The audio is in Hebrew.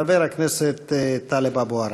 חבר הכנסת טלב אבו עראר.